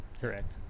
Correct